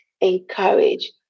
encourage